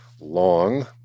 long